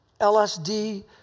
LSD